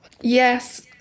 Yes